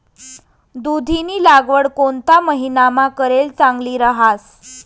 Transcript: दुधीनी लागवड कोणता महिनामा करेल चांगली रहास